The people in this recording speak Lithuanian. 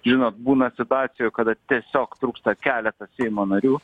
žinot būna situacijų kada tiesiog trūksta keleto seimo narių